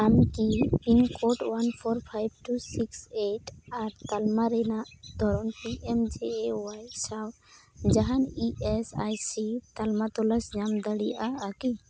ᱟᱢᱠᱤ pin code one four five two six eight ᱟᱨ ᱛᱟᱞᱢᱟ ᱨᱮᱱᱟᱜ ᱫᱷᱚᱨᱚᱱ P M J A Y ᱥᱟᱶ ᱡᱟᱦᱟᱱ ᱤ ᱮᱥ ᱟᱭ ᱥᱤ ᱛᱟᱞᱢᱟ ᱛᱚᱞᱟᱥ ᱧᱟᱢ ᱫᱟᱲᱮᱭᱟᱜᱼᱟ ᱠᱤ